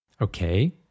okay